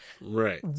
Right